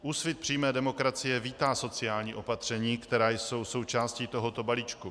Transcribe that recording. Úsvit přímé demokracie vítá sociální opatření, která jsou součástí tohoto balíčku.